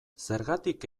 zergatik